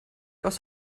aus